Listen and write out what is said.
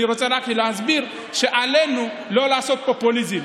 אני רוצה רק להסביר שעלינו לא לעשות פופוליזם.